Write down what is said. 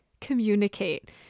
communicate